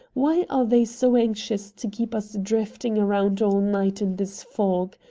why are they so anxious to keep us drifting around all night in this fog?